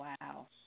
Wow